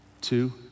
two